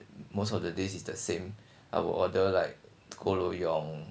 most of the days is the same I will order like